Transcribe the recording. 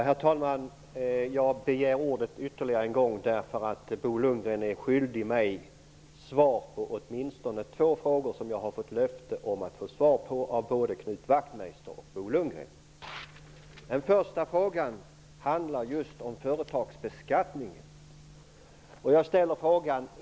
Herr talman! Jag begärde ordet ytterligare en gång därför att Bo Lundgren är skyldig mig svar på åtminstone två frågor som jag har fått löfte om att få svar på av både Knut Wachtmeister och Bo Den första frågan handlar just om företagsbeskattningen.